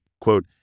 quote